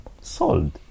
sold